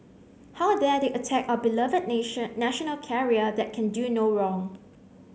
how dare they attack our beloved nation national carrier that can do no wrong